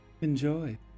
Enjoy